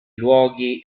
luoghi